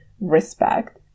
respect